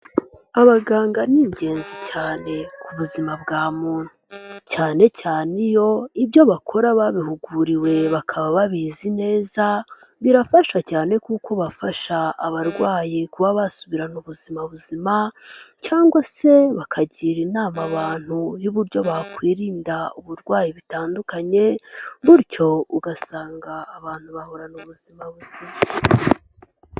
Abaganga ni ingenzi cyane ku buzima bwa muntu cyane cyane iyo, ibyo bakora babihuguriwe bakaba babizi neza. Birafasha cyane kuko bafasha abarwayi kuba basubirana ubuzima buzima cyangwa se bakagira inama abantu y'uburyo bakwirinda uburwayi bitandukanye butyo ugasanga abantu bahorana ubuzima buzima.